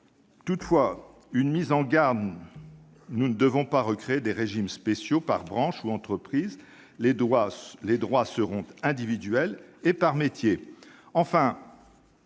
toutefois une mise en garde : nous ne devons pas recréer de régimes spéciaux par branche ou entreprise. Les droits doivent être individuels ou par métier.